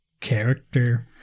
Character